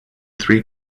three